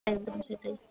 একদম সেটাই